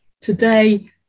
today